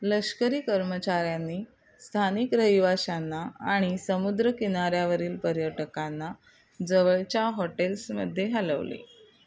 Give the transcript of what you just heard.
लष्करी कर्मचाऱ्यांनी स्थानिक रहिवाशांना आणि समुद्रकिनाऱ्यावरील पर्यटकांना जवळच्या हॉटेल्समध्ये हलवले